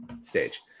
stage